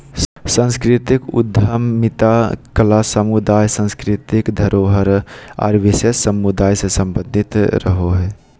सांस्कृतिक उद्यमिता कला समुदाय, सांस्कृतिक धरोहर आर विशेष समुदाय से सम्बंधित रहो हय